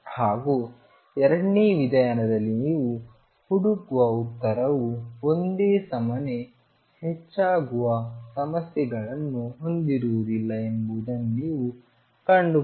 ಹಾಗೂ ಎರಡನೇ ವಿಧಾನದಲ್ಲಿ ನೀವು ಹುಡುಕುವ ಉತ್ತರವು ಒಂದೇ ಸಮನೆ ಹೆಚ್ಚಾಗುವ ಸಮಸ್ಯೆಗಳನ್ನು ಹೊಂದಿರುವುದಿಲ್ಲ ಎಂಬುದನ್ನು ನೀವು ಕಂಡುಹುಡುಕಿಕೊಳ್ಳುತ್ತೀರಿ